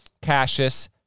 Cassius